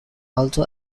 also